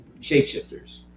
Shapeshifters